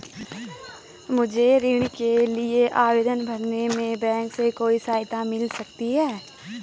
मुझे ऋण के लिए आवेदन भरने में बैंक से कोई सहायता मिल सकती है?